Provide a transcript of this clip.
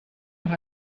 noch